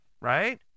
right